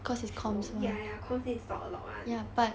true ya ya comms need to talk a lot [one]